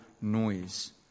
noise